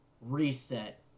reset